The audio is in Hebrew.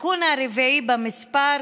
התיקון הרביעי במספר,